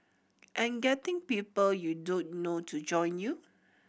and getting people you don't know to join you